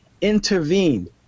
intervened